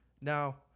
Now